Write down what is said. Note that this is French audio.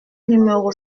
numéro